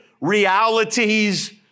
realities